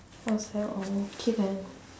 I was like oh okay then